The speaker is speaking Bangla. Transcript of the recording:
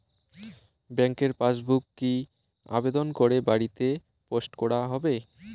ব্যাংকের পাসবুক কি আবেদন করে বাড়িতে পোস্ট করা হবে?